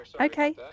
Okay